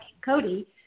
Cody